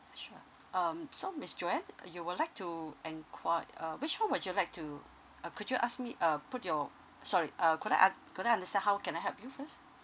sure um so miss Joanne you would like enquire uh which one would you like to uh could you ask me uh put your sorry could I un~ could I understand how can I help you first